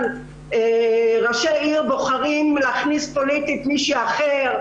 ראשי עיר בוחרים להכניס פוליטית מישהי אחרת,